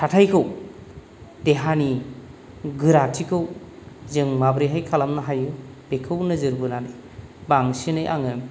थाथायखौ देहानि गोराथिखौ जोङो माबोरैहाय खालामनो हायो बेखौ नोजोर होनानै बांसिनै आङो